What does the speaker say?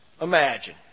imagine